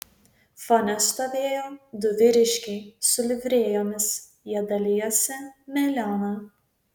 fone stovėjo du vyriškiai su livrėjomis jie dalijosi melioną